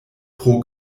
pro